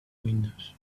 windows